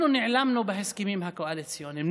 אנחנו נעלמנו בהסכמים הקואליציוניים,